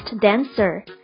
dancer